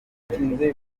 yewe